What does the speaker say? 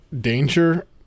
danger